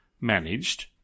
managed